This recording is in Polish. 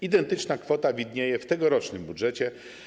Identyczna kwota widnieje w tegorocznym budżecie.